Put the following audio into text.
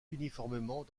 uniformément